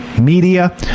media